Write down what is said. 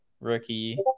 rookie